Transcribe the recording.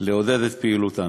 לעודד את פעילותן.